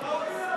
מה הוא עשה,